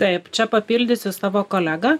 taip čia papildysiu savo kolegą